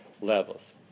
levels